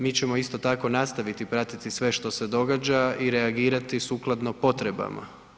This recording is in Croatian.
Mi ćemo isto tako nastaviti pratiti sve što se događa i reagirati sukladno potrebama.